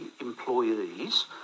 employees